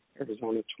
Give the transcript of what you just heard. Arizona